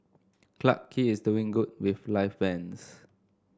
Clarke Quay is doing good with live bands